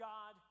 God